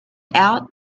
out